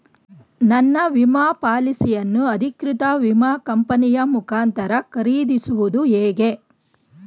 ನನ್ನ ವಿಮಾ ಪಾಲಿಸಿಯನ್ನು ಅಧಿಕೃತ ವಿಮಾ ಕಂಪನಿಯ ಮುಖಾಂತರ ಖರೀದಿಸುವುದು ಹೇಗೆ?